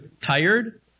tired